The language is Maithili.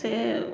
से